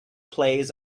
plays